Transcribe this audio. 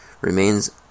remains